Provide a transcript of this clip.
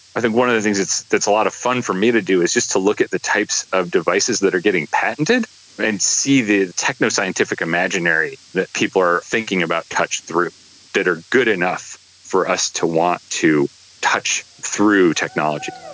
i think one of the things that is a lot of fun for me to do is just to look at the types of devices that are getting patented and see the techno-scientific imaginary that people are thinking about touch through that are good enough for us to want to touch through technology.